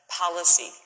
policy